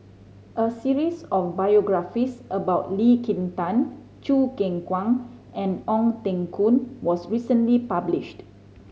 a series of biographies about Lee Kin Tat Choo Keng Kwang and Ong Teng Koon was recently published